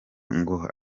ngo